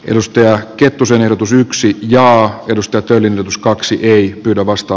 juustoja kettusen ehdotus yksi ja edustaa tyylin tuskaksi ei pyydä vasta